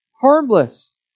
harmless